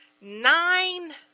Nine